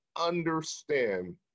understand